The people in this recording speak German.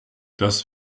das